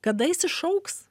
kada jis išaugs